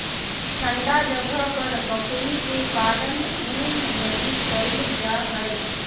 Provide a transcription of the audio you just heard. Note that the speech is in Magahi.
ठन्डा जगह पर बकरी के पालन ऊन लगी कईल जा हइ